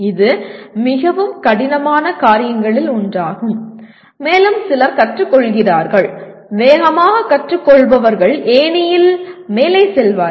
இது மிகவும் கடினமான காரியங்களில் ஒன்றாகும் மேலும் சிலர் கற்றுக்கொள்கிறார்கள் வேகமாக கற்றுக்கொள்பவர்கள் ஏணியில் மேலே செல்வார்கள்